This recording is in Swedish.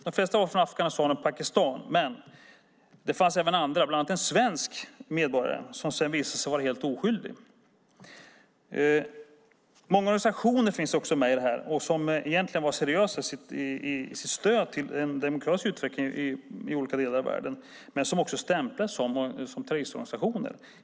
De flesta var från Afghanistan eller Pakistan, men det fanns även andra - bland annat en svensk medborgare som sedan visade sig vara helt oskyldig. Många organisationer finns också med, som egentligen var seriösa i sitt stöd till den demokratiska utvecklingen i olika delar av världen men som helt felaktigt stämplades som terroristorganisationer.